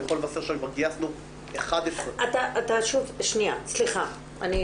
אני יכול לבשר שכבר גייסנו 11. סליחה,